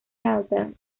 album